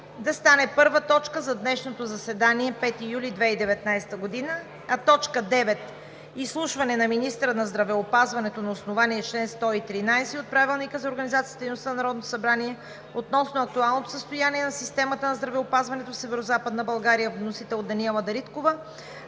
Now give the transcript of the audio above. да стане първа точка за днешното заседание – 5 юли 2019 г. Точка девета – Изслушване на министъра на здравеопазването на основание чл. 113 от Правилника за организацията и дейността на Народното събрание относно актуалното състояние на системата на здравеопазването в Северозападна България, с вносител Даниела Дариткова,